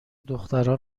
دخترها